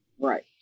Right